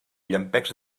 llampecs